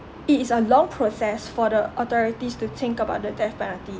it is a long process for the authorities to think about the death penalty